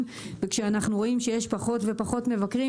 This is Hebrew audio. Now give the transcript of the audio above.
כשאנחנו רואים שיש פחות ופחות מבקרים.